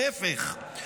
להפך,